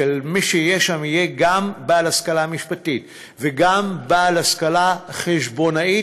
שמי שיהיה שם יהיה גם בעל השכלה משפטית וגם בעל השכלה חשבונאית,